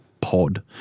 Pod